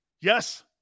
Yes